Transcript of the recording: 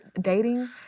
dating